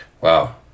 Wow